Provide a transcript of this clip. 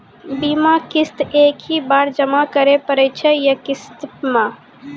बीमा किस्त एक ही बार जमा करें पड़ै छै या किस्त मे?